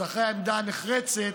אז אחרי העמדה הנחרצת,